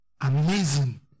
amazing